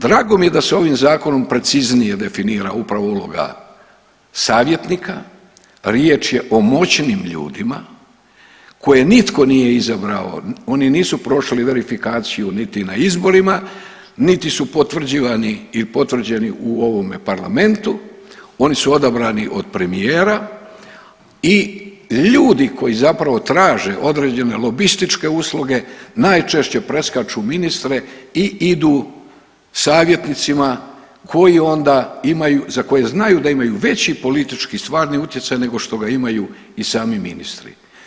Drago mi je da se ovim zakonom preciznije definira upravo uloga savjetnika, riječ je o moćnim ljudima koje nitko nije izabrao, oni nisu prošli verifikaciju niti na izborima, niti su potvrđivani il potvrđeni u ovome parlamentu, oni su odabrani od premijera i ljudi koji zapravo traže određene lobističke usluge najčešće preskaču ministre i idu savjetnicima koji onda imaju, za koje znaju da imaju veći politički stvarni utjecaj nego što ga imaju i sami ministri.